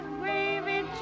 gravy